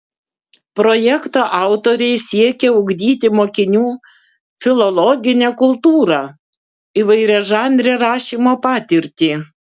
projekto autoriai siekia ugdyti mokinių filologinę kultūrą įvairiažanrę rašymo patirtį